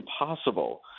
impossible